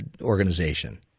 organization